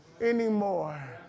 anymore